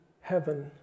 heaven